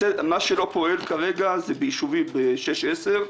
מה שלא פועל כרגע זה ביישובים 6 - 10,